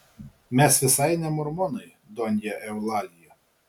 mes visai ne mormonai donja eulalija